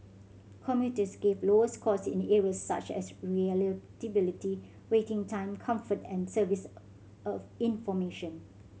commuters gave lower scores in areas such as reliability waiting time comfort and service of information